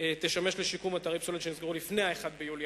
תשמש לשיקום אתרי פסולת שנסגרו לפני 1 ביולי